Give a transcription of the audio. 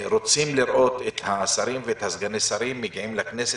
רוצים לראות את השרים ואת סגני השרים מגיעים לכנסת,